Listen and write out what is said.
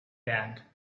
bank